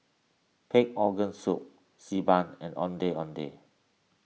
Pig Organ Soup Xi Ban and Ondeh Ondeh